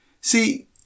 See